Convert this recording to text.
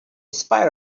spite